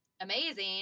amazing